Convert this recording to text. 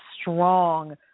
strong